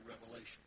revelation